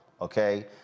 okay